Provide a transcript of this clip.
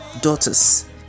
daughters